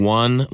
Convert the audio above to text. one